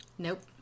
Nope